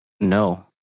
No